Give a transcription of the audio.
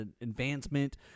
advancement